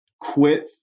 Quit